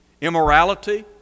immorality